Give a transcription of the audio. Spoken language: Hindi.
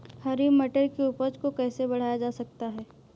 हरी मटर की उपज को कैसे बढ़ाया जा सकता है?